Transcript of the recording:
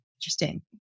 Interesting